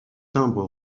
timbre